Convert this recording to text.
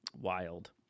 wild